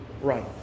right